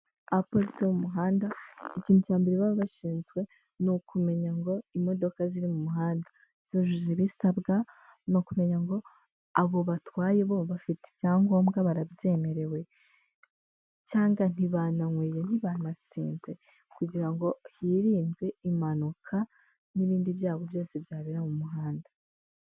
Abapolisi bo mu muhanda ikintu cya mbere baba bashinzwe ni ukumenya ngo imodoka ziri mu muhanda zujuje ibisabwa? Ni ukumenya ngo abo batwaye bo bafite icyangombwa barabyemerewe? Cyangwa ntibanyweye, ntibanasinze? Kugira ngo hirindwe impanuka n'ibindi byago byose byabera mu muhanda.